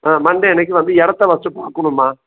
ஆ Monday அன்னைக்கு வந்து இடத்த ஃபர்ஸ்ட்டு பார்க்குணும்மா